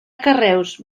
carreus